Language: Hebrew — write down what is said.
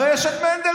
הרי יש את מנדלבליט,